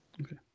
Okay